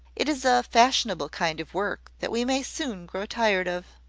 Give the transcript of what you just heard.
it is a fashionable kind of work, that we may soon grow tired of.